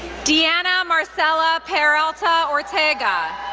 diana marcela peralta ortega,